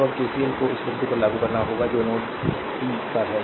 तो अब केसीएल को उस बिंदु पर लागू करना होगा जो नोड पी पर है